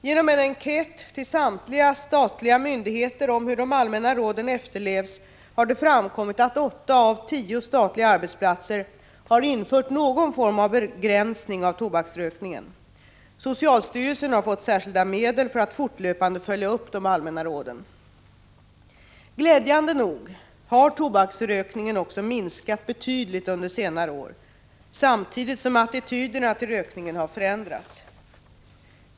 Genom en enkät till samtliga statliga myndigheter om hur de allmänna råden efterlevs har det framkommit att åtta av tio statliga arbetsplatser har infört någon form av begränsning av tobaksrökningen. Socialstyrelsen har fått särskilda medel för att fortlöpande följa upp de allmänna råden. Glädjande nog har tobaksrökningen också minskat betydligt under senare år, samtidigt som attityderna till rökning har förändrats.